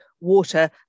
water